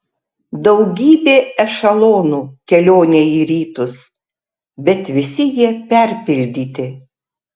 daugybė ešelonų kelionei į rytus bet visi jie perpildyti